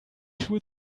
schuhe